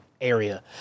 Area